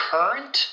Current